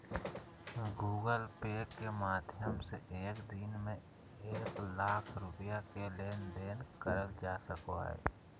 Google Pay के माध्यम से एक दिन में एक लाख रुपया के लेन देन करल जा सको हय